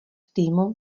týmu